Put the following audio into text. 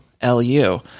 L-U